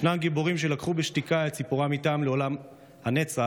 יש גיבורים שלקחו בשתיקה את סיפורם איתם לעולם הנצח,